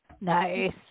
Nice